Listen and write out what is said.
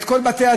את כל בתי-הדין,